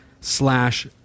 slash